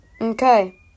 Okay